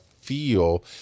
feel